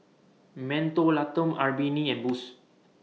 Mentholatum Albertini and Boost